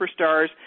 superstars